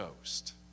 Ghost